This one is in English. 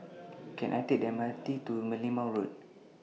Can I Take The M R T to Merlimau Road